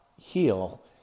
heal